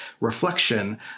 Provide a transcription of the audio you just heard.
reflection